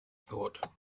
thought